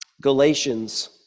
Galatians